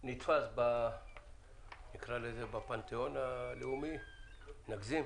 מה שנתפס בפנתיאון הלאומי, נגזים,